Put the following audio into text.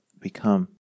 become